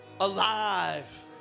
alive